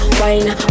wine